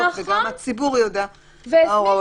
וגם הציבור יודע מה ההוראות שחלות.